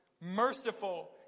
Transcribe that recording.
merciful